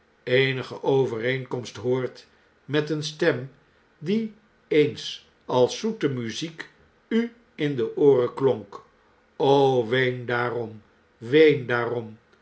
eenige overeenkomst hoort met eene stem die eens als zoete muziek u in de ooren klonk o ween daarom ween daarom